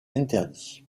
interdits